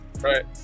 Right